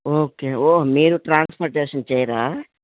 okay oh మీరు transportation చేయరా